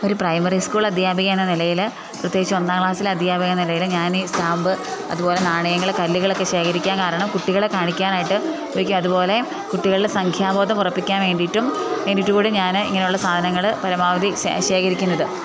ഒരു primary school അധ്യാപിക എന്ന നിലയിൽ പ്രത്യേകിച്ചും ഒന്നാം ക്ലാസ്സിലെ അധ്യാപിക എന്ന നിലയിൽ ഞാനീ സ്റ്റാമ്പ് അതുപോലെ നാണയങ്ങൾ കല്ലുകളക്കെ ശേഖരിക്കാൻ കാരണം കുട്ടികളെ കാണിക്കാനായിട്ട് വെയ്ക്കും അതുപോലെ കുട്ടികളുടെ സംഖ്യാബോധം ഉറപ്പിക്കാൻ വേണ്ടിയിട്ടും വേണ്ടിയിട്ട് കൂടെ ഞാൻ ഇങ്ങനെയുള്ള സാധനങ്ങൾ പരമാവധി ശേഖരിക്കുന്നത്